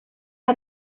how